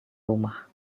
rumah